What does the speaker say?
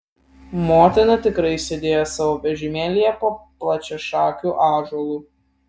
motina tikrai sėdėjo savo vežimėlyje po plačiašakiu ąžuolu